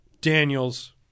Daniels